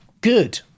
Good